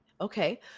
Okay